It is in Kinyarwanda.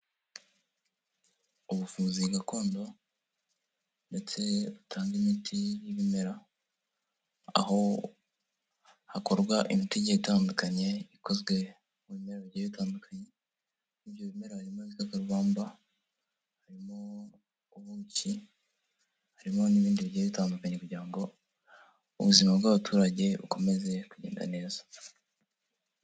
Ubuvuzi gakondo ndetse butanga imiti y'ibimera, aho hakorwa imiti igiye itandukanye ikozwe mu bimera bigiye bitandukanye, muri ibyo bimera harimo ibikakarubamba, harimo ubuki, harimo n'ibindi bigiye bitandukanye kugira ngo ubuzima bw'abaturage bukomeze kugenda neza.